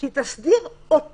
שהיא תסדיר אותו